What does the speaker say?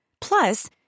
Plus